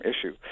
issue